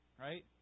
Right